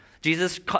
Jesus